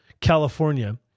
California